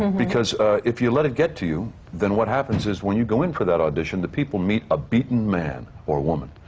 because if you let it get to you, then what happens is when you go in for that audition, the people meet a beaten man or woman,